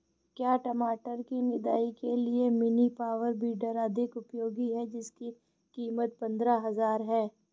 क्या टमाटर की निदाई के लिए मिनी पावर वीडर अधिक उपयोगी है जिसकी कीमत पंद्रह हजार है?